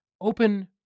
Open